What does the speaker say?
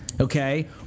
Okay